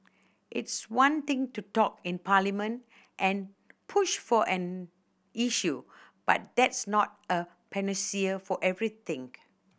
it's one thing to talk in Parliament and push for an issue but that's not a panacea for everything